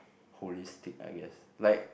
holistic I guess like